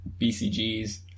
bcgs